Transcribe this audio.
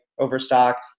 overstock